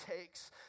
takes